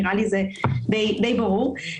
נראה לי שזה ברור למדי.